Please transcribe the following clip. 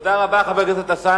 תודה רבה, חבר הכנסת אלסאנע.